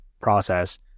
process